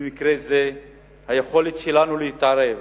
במקרה הזה היכולת להתערב